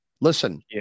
Listen